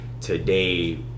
today